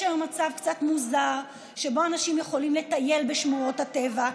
יש היום מצב קצת מוזר שבו אנשים יכולים לטייל בשמורות הטבע,